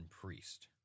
priest